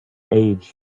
age